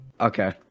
Okay